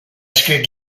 escrit